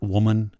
Woman